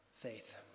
faith